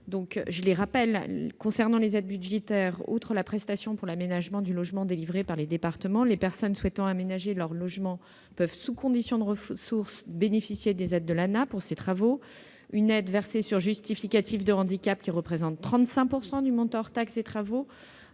pas compte. Concernant les aides budgétaires, outre la prestation pour l'aménagement du logement délivrée par les départements, les personnes souhaitant aménager leur logement peuvent, sous condition de ressources, bénéficier des aides de l'ANAH. Cette aide, obtenue sur présentation d'un justificatif de handicap, représente 35 % du montant hors taxes des travaux,